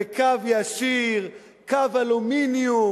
בקו ישיר, קו אלומיניום,